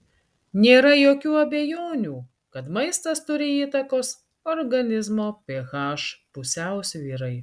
nėra jokių abejonių kad maistas turi įtakos organizmo ph pusiausvyrai